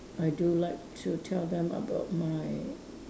I do like to tell them about my